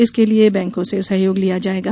इसके लिए बैंको से सहयोग लिया जायेगा